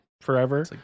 forever